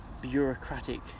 bureaucratic